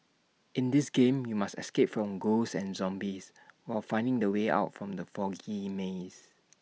in this game you must escape from ghosts and zombies while finding the way out from the foggy maze